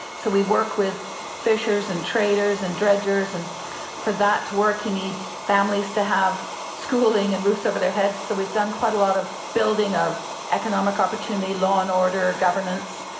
so we work with fishers and traders and dredgers. and for that to work you need families to have schooling and roofs over their heads, so we've done quite a lot of the building of economic opportunity, law and order, governance,